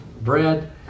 bread